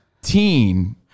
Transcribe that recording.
teen